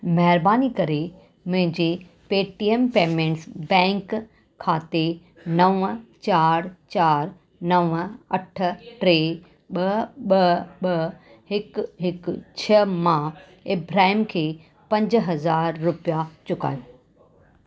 महिरबानी करे मुंहिंजे पेटीएम पेमैंट्स बैंक खाते नव चारि चारि नव अठ टे ॿ ॿ ॿ हिकु हिकु छह मां इब्राहिम खे पंज हज़ार रुपिया चुकायो